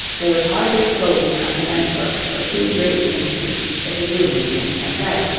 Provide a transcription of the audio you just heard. there was hardly scope enough in antwerp for two great painters such as rubens and van dyck,